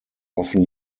often